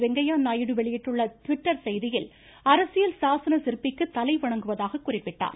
வெங்கைய நாயுடு வெளியிட்டுள்ள ட்விட்டர் செய்தியில் அரசியல் சாசன சிற்பிக்கு தலை வணங்குவதாக குறிப்பிட்டுள்ளார்